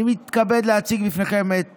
אני מתכבד להציג בפניכם את